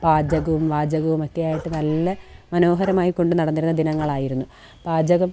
പാചകവും വാചകവുമൊക്കെ ആയിട്ട് നല്ല മനോഹരമായി കൊണ്ട് നടന്നിരുന്ന ദിനങ്ങളായിരുന്നു പാചകം